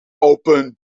open